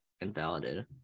invalidated